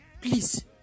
Please